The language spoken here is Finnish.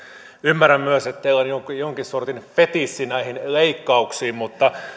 ymmärrän myös että teillä on jonkin sortin fetissi näihin leikkauksiin mutta